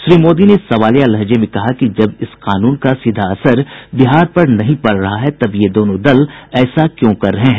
श्री मोदी ने सवालिया लहजे में कहा कि जब इस कानून का सीधा असर बिहार पर नहीं पड़ रहा है तब ये दोनों दल ऐसा क्यों कर रहे हैं